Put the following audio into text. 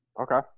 Okay